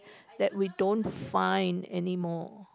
that we don't find anymore